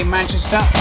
Manchester